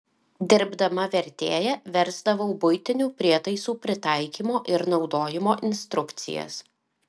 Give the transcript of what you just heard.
dirbdama vertėja versdavau buitinių prietaisų pritaikymo ir naudojimo instrukcijas